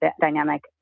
dynamic